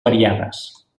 variades